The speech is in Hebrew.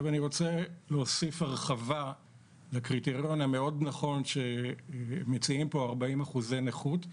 אני רוצה להוסיף הרחבה לקריטריון המאוד נכון שמציעים פה 40% נכות.